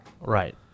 right